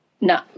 no